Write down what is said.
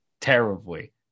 terribly